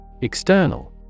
External